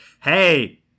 hey